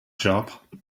job